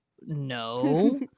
No